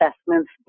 assessments